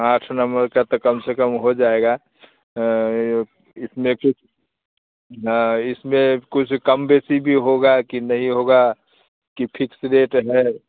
आठ नंबर का तो कम से कम हो जाएगा इसमें कुछ इसमें कुछ कमो बेशी भी होगी कि नहीं होगा कि फिक्स रेट है